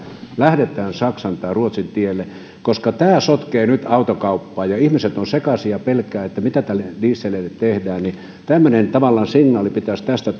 lähdetään saksan tai ruotsin tielle koska tämä sotkee nyt autokauppaa ja ihmiset ovat sekaisin ja pelkäävät mitä dieseleille tehdään tämmöinen tavallaan signaali pitäisi tästä